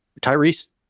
Tyrese –